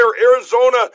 arizona